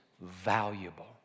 valuable